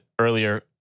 earlier